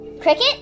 Cricket